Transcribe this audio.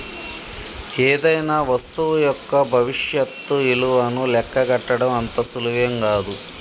ఏదైనా వస్తువు యొక్క భవిష్యత్తు ఇలువను లెక్కగట్టడం అంత సులువేం గాదు